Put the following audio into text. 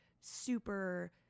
super